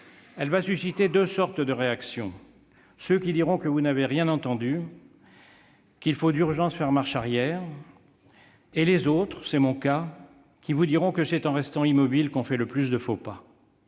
position suscitera deux sortes de réactions : certains diront que vous n'avez rien entendu, qu'il faut d'urgence faire marche arrière ; les autres, dont je suis, vous diront que c'est en restant immobile qu'on fait le plus de faux pas.